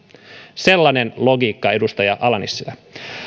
sellainen logiikka edustaja ala nissilä